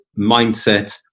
mindset